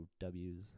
Ws